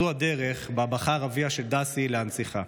זו הדרך שבה בחר אביה של דסי להנציחה.